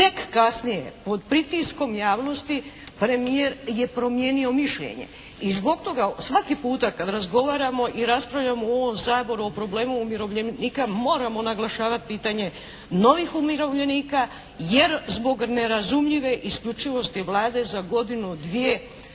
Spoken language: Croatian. Tek kasnije pod pritiskom javnosti premijer je promijenio mišljenje i zbog toga svaki puta kad razgovaramo i raspravljamo u ovom Saboru o problemu umirovljenika moramo naglašavati pitanje novih umirovljenika jer zbog nerazumljive isključivosti Vlade za godinu dvije,